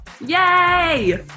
Yay